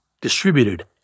distributed